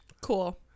Cool